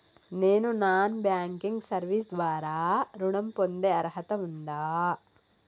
నేను non banking service ద్వారా ఋణం పొందే అర్హత ఉందా?